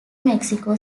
mexico